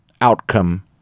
outcome